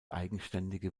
eigenständige